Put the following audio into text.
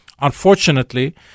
Unfortunately